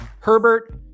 Herbert